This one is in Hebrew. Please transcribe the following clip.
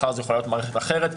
מחר זו יכולה להיות מערכת אחרת.